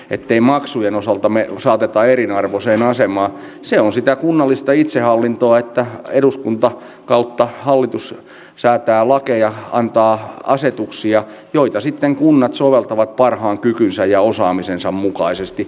ettei maksujen osaltamme saateta eriarvoiseen asemaan seo sitä kunnallista itsehallintoa että eduskunta kautta hallitus säätää lakeja antaa asetuksia joita sitten kunnat soveltavat parhaan kykynsä ja osaamisensa kiitos